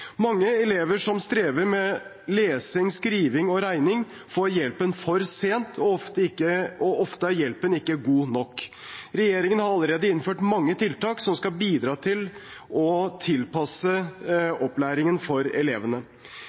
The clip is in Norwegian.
Mange elever som strever med lesing, skriving og regning, får hjelpen for sent, og ofte er ikke hjelpen god nok. Regjeringen har allerede innført mange tiltak som skal bidra til å tilpasse opplæringen for elevene.